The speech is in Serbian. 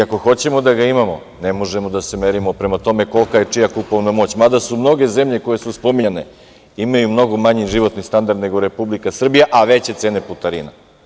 Ako hoćemo da ga imamo, ne možemo da se merimo prema tome kolika je čija kupovna moć, mada mnoge zemlje koje su spominjane, imaju mnogo manji životni standard nego Republika Srbija, a veće cene putarina.